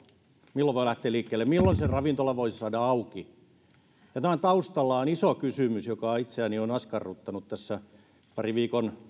milloin voi lähteä liikkeelle milloin sen ravintolan voisi saada auki tämän taustalla on iso kysymys joka itseäni on askarruttanut tässä parin viikon